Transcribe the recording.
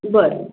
बरं